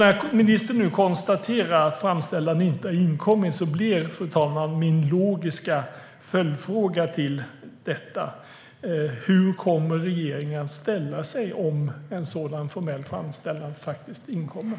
När ministern nu konstaterar att framställan inte har inkommit blir min logiska följdfråga: Hur kommer regeringen att ställa sig om en sådan formell framställan faktiskt inkommer?